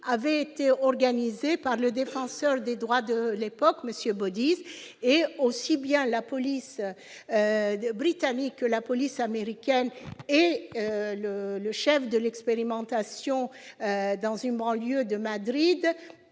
avait été organisé par le défenseur des droits de l'époque, monsieur Baudis et aussi bien la police des Britanniques, la police américaine et le le chef de l'expérimentation dans une banlieue de Madrid